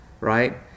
right